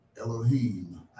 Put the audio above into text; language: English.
Elohim